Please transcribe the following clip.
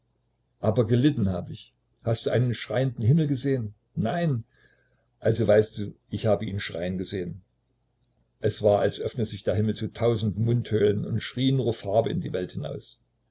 aber gelitten hab ich hast du einen schreienden himmel gesehen nein also weißt du ich habe ihn schreien gesehen es war als öffne sich der himmel zu tausend mundhöhlen und schrie nun farbe in die welt hinaus